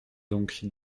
donc